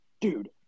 dude